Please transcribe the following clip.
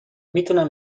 میتونم